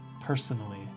Personally